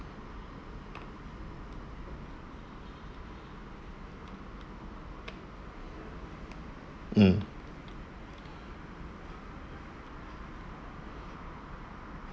mm